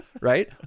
right